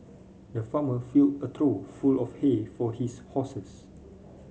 the farmer filled a full of hay for his horses